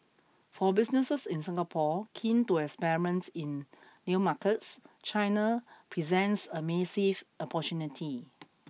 for businesses in Singapore keen to experiment in new markets China presents a massive opportunity